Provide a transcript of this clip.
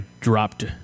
dropped